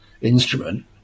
instrument